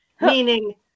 Meaning